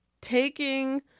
taking